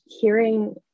hearing